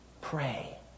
pray